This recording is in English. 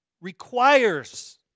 requires